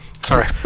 Sorry